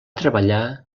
treballar